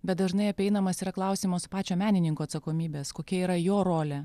bet dažnai apeinamas yra klausimas pačio menininko atsakomybės kokia yra jo rolė